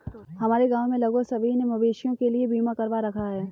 हमारे गांव में लगभग सभी ने मवेशियों के लिए बीमा करवा रखा है